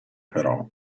però